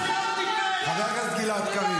נתניהו סירב להקים ועדת חקירה לכרמל,